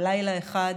בלילה אחד,